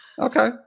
Okay